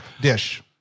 dish